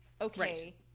Okay